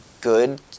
good